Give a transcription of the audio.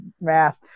math